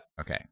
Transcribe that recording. Okay